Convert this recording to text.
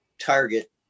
target